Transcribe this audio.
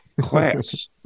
class